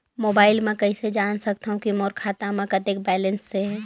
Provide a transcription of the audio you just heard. Mobile म कइसे जान सकथव कि मोर खाता म कतेक बैलेंस से?